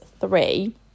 three